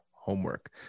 homework